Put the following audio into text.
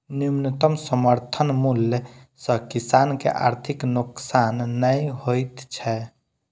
न्यूनतम समर्थन मूल्य सॅ किसान के आर्थिक नोकसान नै होइत छै